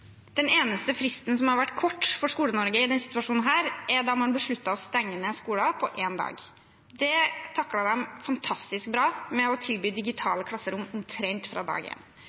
Den eneste fristen som har vært kort for Skole-Norge i denne situasjonen, er da man besluttet å stenge ned skolene, på én dag. Det taklet de fantastisk bra ved å tilby digitale klasserom omtrent fra dag én. Når vi har hatt en